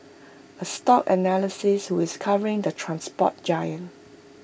A stock analyst with covering the transport giant